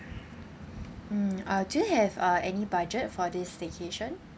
mm uh do you have uh any budget for this staycation